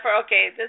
Okay